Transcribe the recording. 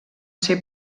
ser